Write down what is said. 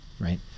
right